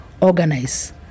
organize